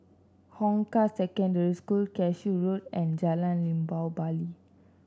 Hong Kah Secondary School Cashew Road and Jalan Limau Bali